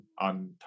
on